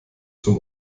zum